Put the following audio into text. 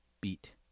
beat